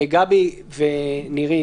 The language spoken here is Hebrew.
גבי ונירית